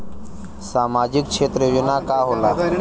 सामाजिक क्षेत्र योजना का होला?